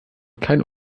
keinen